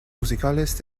musicales